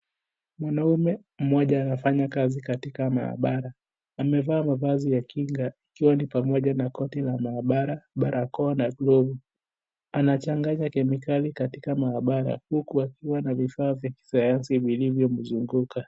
Mwanaume mmoja anafanya kazi katika maabara, amevaa mavazi ya kinga, ikiwa ni pamoja na koti la maabara, barakoa na glovu, anachanganya kemikali katika maabara, huku akiwa na vifaa vya kisayansi vilivyo mzunguka.